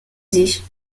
sich